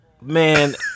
man